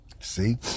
See